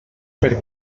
per